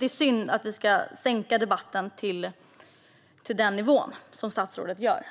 Det är synd att vi ska sänka debatten till den nivå som statsrådet gör.